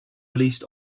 released